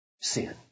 sin